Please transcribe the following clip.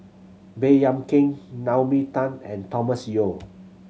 Baey Yam Keng Naomi Tan and Thomas Yeo